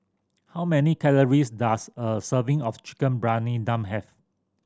how many calories does a serving of Chicken Briyani Dum have